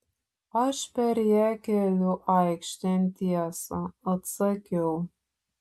aš per ją keliu aikštėn tiesą atsakiau